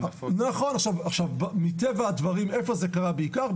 נכון, עכשיו מטבע הדברים איפה זה קרה בעיקר?